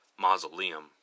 mausoleum